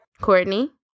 Courtney